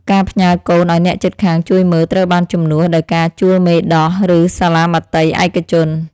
ការផ្ញើកូនឱ្យអ្នកជិតខាងជួយមើលត្រូវបានជំនួសដោយការជួលមេដោះ ឬសាលាមត្តេយ្យឯកជន។